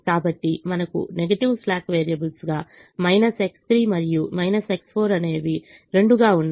కాబట్టి మనకు negative slack వేరియబుల్స్గా X3 మరియు X4 అనేవి 2 గా ఉన్నాయి